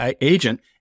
agent